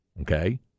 okay